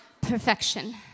perfection